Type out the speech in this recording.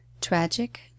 tragic